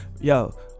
Yo